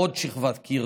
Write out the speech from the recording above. עוד שכבת קיר